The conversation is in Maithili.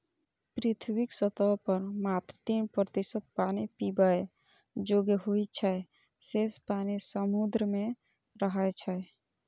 पृथ्वीक सतह पर मात्र तीन प्रतिशत पानि पीबै योग्य होइ छै, शेष पानि समुद्र मे रहै छै